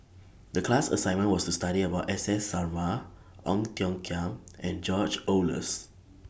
The class assignment was to study about S S Sarma Ong Tiong Khiam and George Oehlers